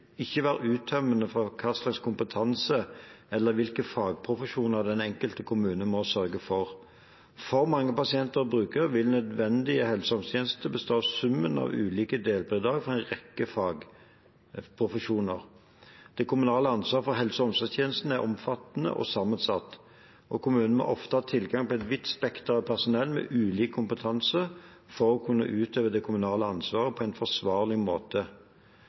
ikke være uttømmende for hva slags kompetanse eller hvilke fagprofesjoner den enkelte kommune må sørge for. For mange pasienter og brukere vil nødvendige helse- og omsorgstjenester bestå av summen av ulike delbidrag fra en rekke fagprofesjoner. Det kommunale ansvaret for helse- og omsorgs-tjenesten er omfattende og sammensatt. Kommunene må ofte ha tilgang på et vidt spekter av personell med ulik kompetanse for å kunne utøve det kommunale ansvaret på en forsvarlig måte.